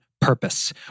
purpose